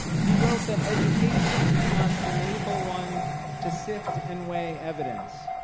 he wrote that education must enable one to sift and weigh evidence,